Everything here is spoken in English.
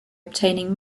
obtaining